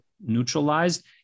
neutralized